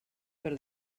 per